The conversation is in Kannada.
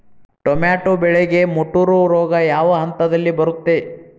ಟೊಮ್ಯಾಟೋ ಬೆಳೆಗೆ ಮುಟೂರು ರೋಗ ಯಾವ ಹಂತದಲ್ಲಿ ಬರುತ್ತೆ?